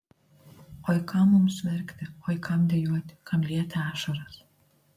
oi kam mums verkti oi kam dejuoti kam lieti ašaras